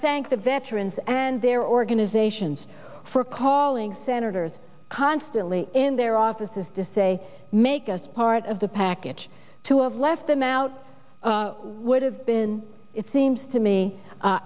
thank the veterans and their organizations for calling senators constantly in their offices to say make us part of the package to have left them out would have been it seems to me